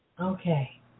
Okay